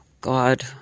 God